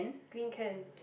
green can